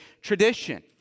tradition